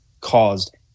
caused